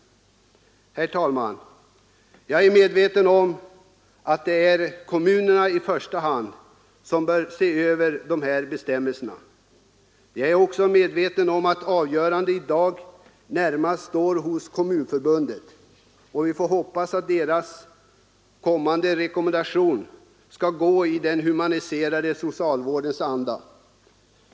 Herr talman! Jag är medveten om att det är kommunerna som i första hand bör se över dessa bestämmelser. Jag är också medveten om att avgörandet i dag närmast ligger hos Kommunförbundet och vi får hoppas att dess rekommendation skall gå i den humaniserande socialvårdens anda.